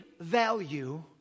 value